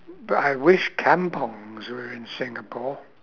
but I wish kampungs were in singapore